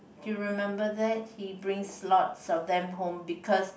you remember that he brings lots of them home because